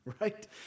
Right